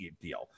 deal